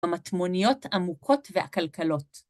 המטמוניות עמוקות ועקלקלות.